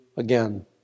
again